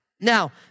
Now